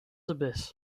abyss